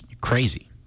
crazy